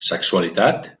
sexualitat